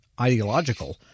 ideological